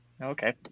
Okay